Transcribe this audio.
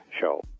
Show